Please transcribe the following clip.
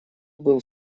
был